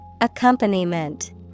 Accompaniment